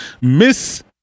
miss